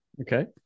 Okay